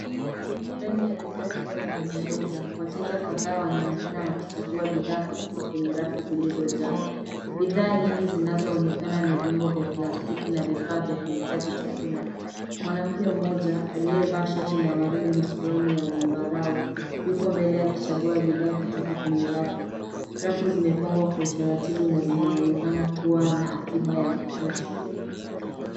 Ndani ya duka kubwa la rejareja. Wateja kadhaa wanaonekana wakichagua bidhaa kutoka kwenye rafu zilizojaa. Bidhaa nyingi zinazoonekana ni vyombo vya plastiki na vifaa vya kuhifadhi chakula. Mwanamke moja alie vaa shati la waridi na suruali ya zambarau yuko mbele akichagua bidhaa kutoka kwenye rafu. Rafu zimepangwa kwa utaratibu na zinaonekana kuwa na akiba ya kutosha.